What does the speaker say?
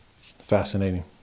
Fascinating